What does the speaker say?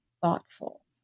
thoughtful